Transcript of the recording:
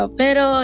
pero